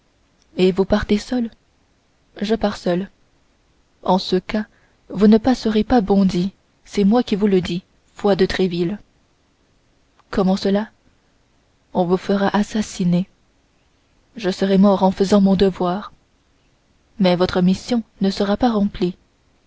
et vous partez seul je pars seul en ce cas vous ne passerez pas bondy c'est moi qui vous le dis foi de tréville comment cela on vous fera assassiner je serai mort en faisant mon devoir mais votre mission ne sera pas remplie